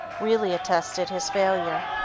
really attested his failure.